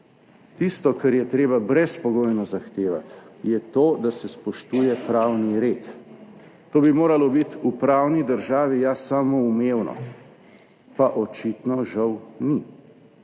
Tisto, kar je treba brezpogojno zahtevati, je to, da se spoštuje pravni red. To bi moralo biti v pravni državi ja samoumevno, pa očitno žal ni.